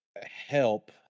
help